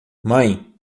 mãe